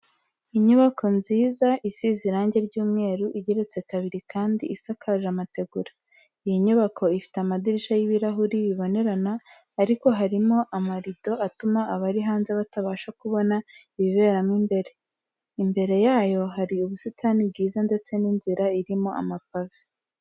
Inyubako nziza isize irange ry'umweru, igeretse kabiri kandi isakaje amategura. Iyi nyubako ifite amadirishya y'ibirahure bibonerana ariko harimo amarido atuma abari hanze batabasha kubona ibibera mo imbere. Imbere yayo hari ubusitani bwiza ndetse n'inzira irimo amapave.